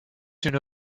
soon